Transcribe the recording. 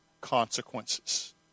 consequences